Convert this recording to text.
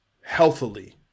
healthily